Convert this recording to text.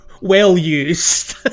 well-used